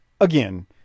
Again